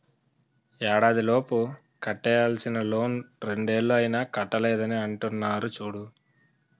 ఏడాదిలోపు కట్టేయాల్సిన లోన్ రెండేళ్ళు అయినా కట్టలేదని అంటున్నారు చూడు